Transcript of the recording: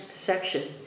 section